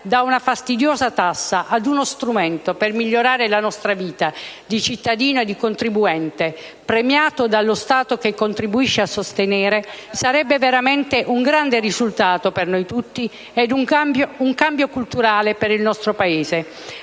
da fastidiosa tassa diventa uno strumento per migliorare la nostra vita di cittadini e di contribuenti, premiati dallo Stato che contribuiamo a sostenere, sarebbe veramente un grande risultato per noi tutti ed un cambio culturale per il nostro Paese.